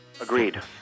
Agreed